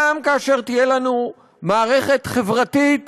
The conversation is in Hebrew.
גם כאשר תהיה לנו מערכת חברתית